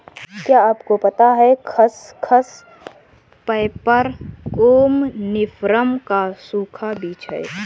क्या आपको पता है खसखस, पैपर सोमनिफरम का सूखा बीज है?